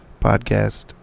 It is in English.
podcast